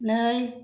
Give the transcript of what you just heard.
नै